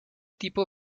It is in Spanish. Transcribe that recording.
tipo